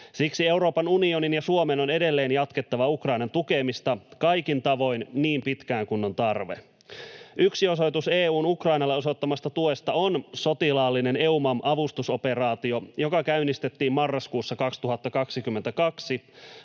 Siksi Euroopan unionin ja Suomen on edelleen jatkettava Ukrainan tukemista kaikin tavoin niin pitkään kuin on tarve. Yksi osoitus EU:n Ukrainalle osoittamasta tuesta on sotilaallinen EUMAM-avustusoperaatio, joka käynnistettiin marraskuussa 2022